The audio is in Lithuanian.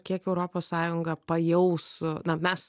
kiek europos sąjunga pajaus na mes